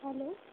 hello